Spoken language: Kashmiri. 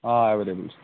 آ ایویلیبٕل چھِ